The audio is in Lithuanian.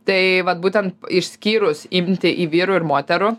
tai vat būtent išskyrus imtį į vyrų ir moterų